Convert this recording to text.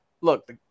look